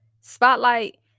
spotlight